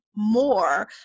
more